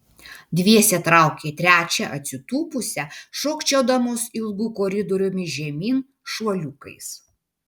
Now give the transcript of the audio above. dviese traukė trečią atsitūpusią šokčiodamos ilgu koridoriumi žemyn šuoliukais